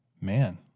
man